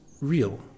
real